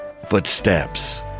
footsteps